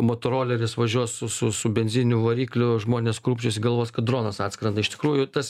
motoroleris važiuos su su su benzininiu varikliu žmonės krūpčios ir galvos kad dronas atskrenda iš tikrųjų tas